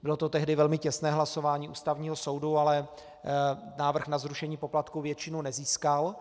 Bylo to tehdy velmi těsné hlasování Ústavního soudu, ale návrh na zrušení poplatků většinu nezískal.